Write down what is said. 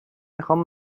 میخوام